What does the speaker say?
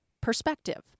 perspective